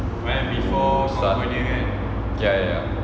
ya ya